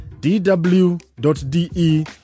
dw.de